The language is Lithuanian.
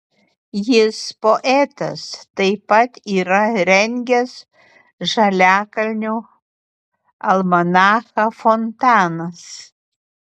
jis poetas taip pat yra rengęs žaliakalnio almanachą fontanas